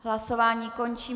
Hlasování končím.